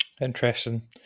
Interesting